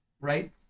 right